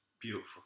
Beautiful